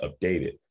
updated